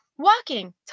walking